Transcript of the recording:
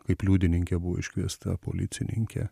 kaip liudininke buvo iškviesta policininkė